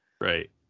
Right